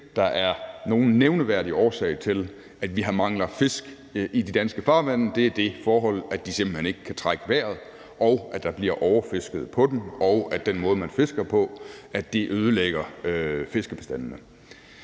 der er nogen nævneværdig årsag til, at vi mangler fisk i de danske farvande, men det er det forhold, at fiskene simpelt hen ikke kan trække vejret, og at der bliver overfisket på dem, og at den måde, man fisker på, ødelægger fiskebestandene.